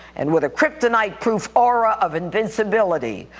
and with a kryptonite-proof aura of invincibility,